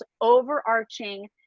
overarching